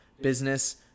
business